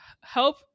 help